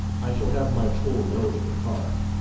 i shall have my full load in the car.